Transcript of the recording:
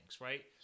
right